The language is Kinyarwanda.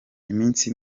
iminsi